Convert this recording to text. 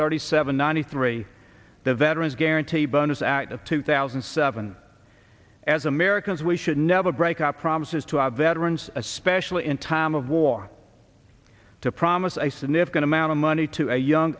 thirty seven ninety three the veterans guarantee bonus act of two thousand and seven as americans we should never break up promises to our veterans especially in time of war to promise a significant amount of money to a young